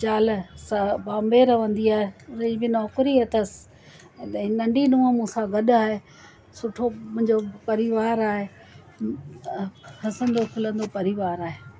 ज़ाल सां बॉम्बे रहंदी आहे हुनजी बि नौकिरी अथसि त नंढी नुंहं मूं सां गॾु आहे सुठो मुंहिंजो परिवार आहे हसंदो खिलंदो परिवार आहे